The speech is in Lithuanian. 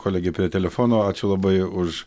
kolegei prie telefono ačiū labai už